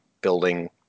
building